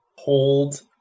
Hold